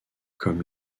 comme